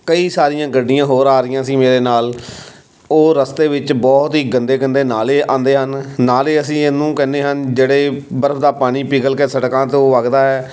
ਕਈ ਸਾਰੀਆਂ ਗੱਡੀਆਂ ਹੋਰ ਆ ਰਹੀਆਂ ਸੀ ਮੇਰੇ ਨਾਲ ਉਹ ਰਸਤੇ ਵਿੱਚ ਬਹੁਤ ਹੀ ਗੰਦੇ ਗੰਦੇ ਨਾਲੇ ਆਉਂਦੇ ਹਨ ਨਾਲੇ ਅਸੀਂ ਇਹਨੂੰ ਕਹਿੰਦੇ ਹਨ ਜਿਹੜੇ ਬਰਫ਼ ਦਾ ਪਾਣੀ ਪਿਘਲ ਕੇ ਸੜਕਾਂ ਤੋਂ ਵੱਗਦਾ ਹੈ